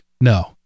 no